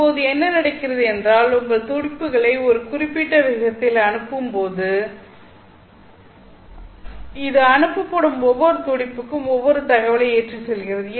இப்போது என்ன நடக்கிறது என்றால் உங்கள் துடிப்புகளை ஒரு குறிப்பிட்ட விகிதத்தில் அனுப்பும்போது இது அனுப்பப்படும் ஒவ்வொரு துடிப்பும் ஒவ்வொரு தகவலை ஏற்றிச் செல்கிறது